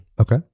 Okay